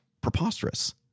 preposterous